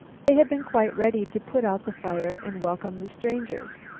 they had been quite ready to put out the fire and welcome the strangers,